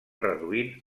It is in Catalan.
reduint